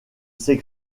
ses